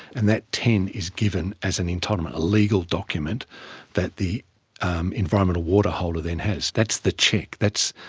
and that ten is given as an entitlement, a legal document that the um environmental water holder then has. that's the check, that's,